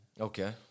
Okay